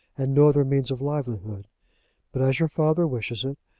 and no other means of livelihood but as your father wishes it,